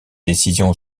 décision